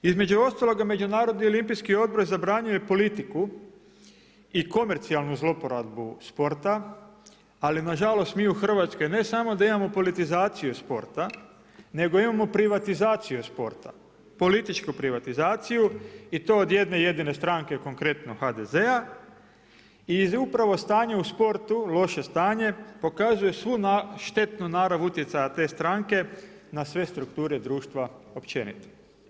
Između ostaloga Međunarodni olimpijski odbor zabranjuje politiku i komercijalnu zloporabu sporta, ali nažalost mi u Hrvatskoj ne samo da imamo politizaciju sporta nego imamo privatizaciju sporta, političku privatizaciju i to od jedne jedine stranke konkretno HDZ-a i upravo loše stanje u sportu, loše stanje pokazuje svu štetnu narav utjecaja te stranke na sve strukture društva općenito.